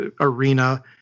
arena